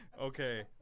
okay